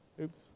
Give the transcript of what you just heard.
Oops